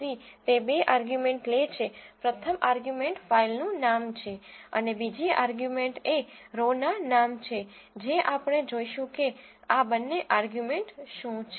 csv તે બે argument લે છે પ્રથમ આર્ગ્યુમેન્ટ ફાઇલનું નામ છે અને બીજી આર્ગ્યુમેન્ટ એ રો ના નામ છે જે આપણે જોઈશું કે આ બંને આર્ગ્યુમેન્ટ શું છે